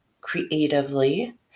creatively